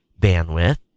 bandwidth